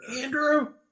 Andrew